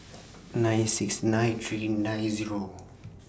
nine six nine three nine Zero